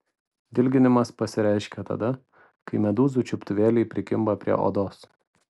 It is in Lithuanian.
dilginimas pasireiškia tada kai medūzų čiuptuvėliai prikimba prie odos